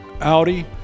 Audi